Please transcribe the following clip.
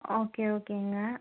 okay ஓகேங்க